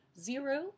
zero